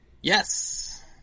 Yes